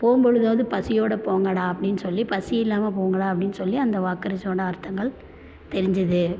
போகும் பொழுதாவது பசியோட போங்கடா அப்படின்னு சொல்லி பசி இல்லாமல் போங்கடா அப்படின்னு சொல்லி அந்த வாக்கரிசியோட அர்த்தங்கள் தெரிஞ்சிது